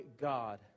God